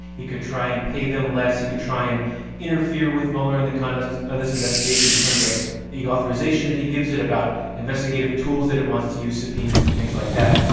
he could try and pay them less. he could try and interfere with mueller and the conduct of this investigation in terms of the authorization that he gives it, about investigative tools that it wants to use subpoenas and things like that.